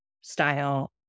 style